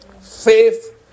faith